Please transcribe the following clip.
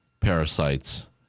parasites